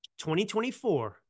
2024